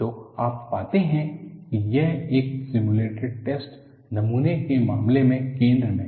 तो आप पाते हैं कि यह एक सिमुलेटिड टैस्ट नमूने के मामले में केंद्र में है